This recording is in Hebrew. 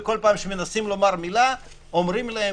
וכל פעם כשמנסים לומר מילה אומרים להם